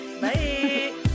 Bye